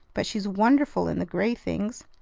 but she's wonderful in the gray things!